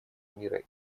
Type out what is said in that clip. мира